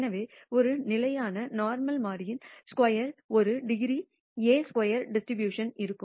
எனவே ஒரு நிலையான நோர்மல் மாறியின் ஸ்கொயர் ஒரு டிகிரி a ஸ்கொயர் டிஸ்ட்ரிபியூஷன் இருக்கும்